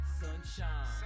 sunshine